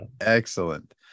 Excellent